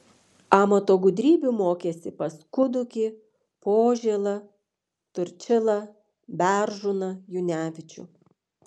amato gudrybių mokėsi pas kudukį požėlą turčilą beržūną junevičių